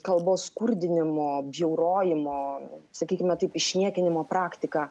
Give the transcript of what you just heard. kalbos skurdinimo bjaurojimo sakykime taip išniekinimo praktiką